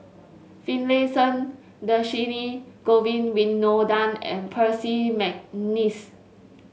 Finlayson Dhershini Govin Winodan and Percy McNeice